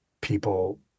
people